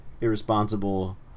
irresponsible